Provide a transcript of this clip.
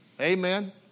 Amen